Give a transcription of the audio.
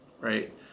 right